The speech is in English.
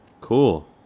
Cool